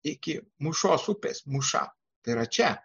iki mūšos upės mūša tai yra čia